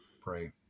pray